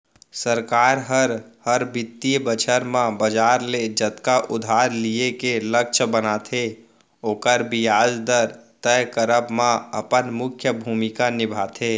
सरकार हर, हर बित्तीय बछर म बजार ले जतका उधार लिये के लक्छ बनाथे ओकर बियाज दर तय करब म अपन मुख्य भूमिका निभाथे